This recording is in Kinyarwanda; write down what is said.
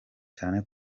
cyane